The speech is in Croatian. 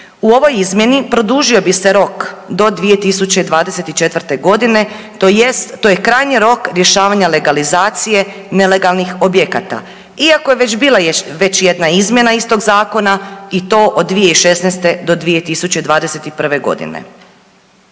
U ovoj izmjeni produžio bi se rok do 2024.g. tj. to je krajnji rok rješavanja legalizacije nelegalnih objekata iako je već bila već jedna izmjena iz tog zakona i to od 2016. do 2021.g.